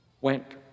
went